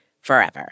forever